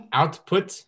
output